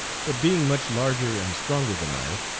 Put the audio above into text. but being much larger and stronger than i,